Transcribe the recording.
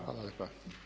Hvala lijepa.